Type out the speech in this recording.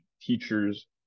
teachers